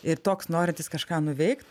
ir toks norintis kažką nuveikt